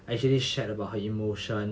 actually shared about her emotion